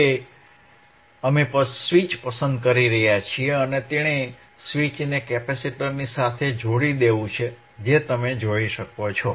હવે અમે સ્વીચ પસંદ કરી રહ્યા છીએ અને તેણે સ્વીચને કેપેસિટરની સાથે જોડી દેવું છે જે તમે જોઈ શકો છો